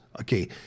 okay